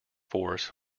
force